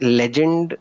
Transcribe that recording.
legend